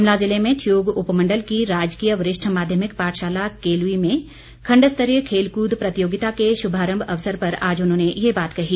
शिमला जिले मे ठियोग उपमंडल की राजकीय वरिष्ठ माध्यमिक पाठशाला केलवी में खंड स्तरीय खेल कूद प्रतियोगिता के शुभारंभ अवसर पर आज उन्होंने ये बात कही